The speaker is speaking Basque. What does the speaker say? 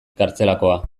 kartzelakoa